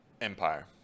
Empire